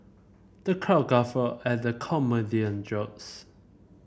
the crowd guffawed at the comedian jokes